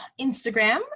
instagram